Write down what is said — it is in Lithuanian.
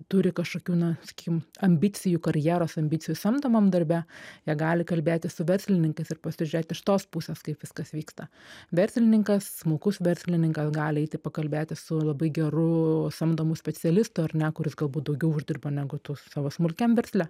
turi kažkokių na sakykim ambicijų karjeros ambicijų samdomam darbe jie gali kalbėtis su verslininkais ir pasižiūrėt iš tos pusės kaip viskas vyksta verslininkas smulkus verslininkas gali eiti pakalbėti su labai geru samdomu specialistu ar ne kuris galbūt daugiau uždirba negu tu savo smulkiam versle